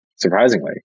Surprisingly